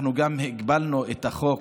אנחנו גם הגבלנו את החוק,